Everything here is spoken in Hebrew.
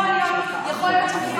משהו חדש.